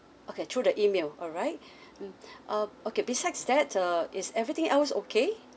okay through the email alright mm um okay besides that uh is everything else okay